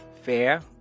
Fair